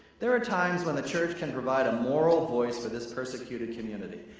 there are times when the church can provide a moral voice for this persecuted community.